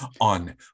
on